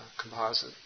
composite